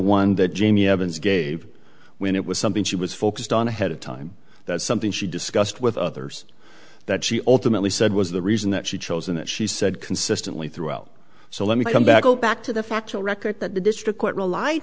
jamie evans gave when it was something she was focused on ahead of time that something she discussed with others that she ultimately said was the reason that she chose and she said consistently throughout so let me come back oh back to the factual record that the district court relied